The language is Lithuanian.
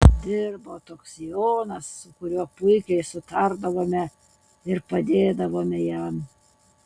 dirbo toks jonas su kuriuo puikiai sutardavome ir padėdavome jam